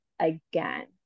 again